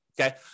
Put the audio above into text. okay